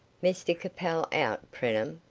mr capel out, preenham?